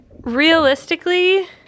realistically